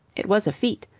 it was a feat,